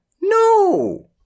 No